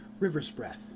Riversbreath